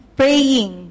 praying